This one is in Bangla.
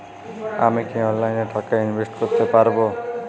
আমি কি অনলাইনে টাকা ইনভেস্ট করতে পারবো?